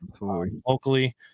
locally